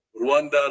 Rwanda